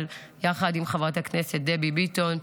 אבל יחד עם חברת הכנסת דבי ביטון,